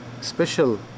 special